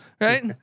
Right